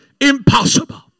impossible